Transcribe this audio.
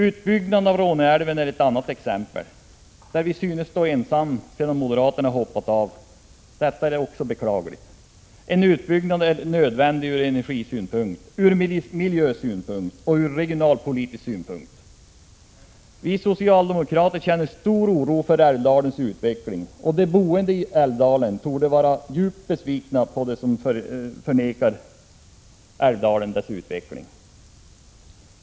Utbyggnaden av Råneälven är ett annat exempel där vi synes stå ensamma sedan moderaterna hoppat av. Det är också beklagligt. En utbyggnad är nödvändig ur energisynpunkt, ur miljösynpunkt och ur regionalpolitisk synpunkt. Vi socialdemokrater känner stor oro för älvdalens utveckling, och de boende i älvdalen torde vara besvikna på dem som förvägrar den dess utveckling.